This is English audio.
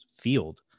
field